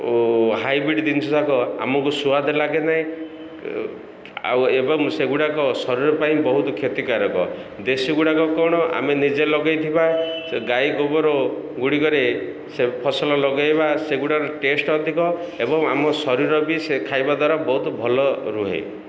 ଓ hybrid ଜିନିଷ ଯାକ ଆମକୁ ସ୍ୱାଦ ଲାଗେ ନାହିଁ ଆଉ ଏବଂ ସେଗୁଡ଼ାକ ଶରୀର ପାଇଁ ବହୁତ କ୍ଷତିକାରକ ଦେଶୀ ଗୁଡ଼ାକ କ'ଣ ଆମେ ନିଜେ ଲଗେଇଥିବା ଗାଈ ଗୋବର ଗୁଡ଼ିକରେ ସେ ଫସଲ ଲଗେଇବା ସେଗୁଡ଼ାର ଟେଷ୍ଟ ଅଧିକ ଏବଂ ଆମ ଶରୀର ବି ସେ ଖାଇବା ଦ୍ୱାରା ବହୁତ ଭଲ ରୁହେ